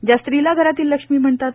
ज्या स्त्रीला घरातील लक्ष्मी म्हणतात